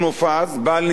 בעל ניסיון,